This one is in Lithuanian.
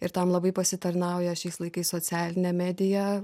ir tam labai pasitarnauja šiais laikais socialinė medija